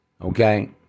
Okay